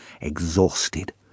exhausted